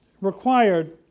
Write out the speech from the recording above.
required